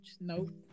Nope